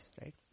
right